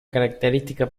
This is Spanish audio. característica